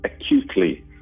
acutely